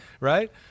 right